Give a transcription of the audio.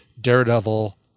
daredevil